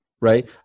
right